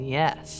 yes